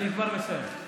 אני כבר מסיים.